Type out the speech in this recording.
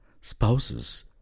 spouses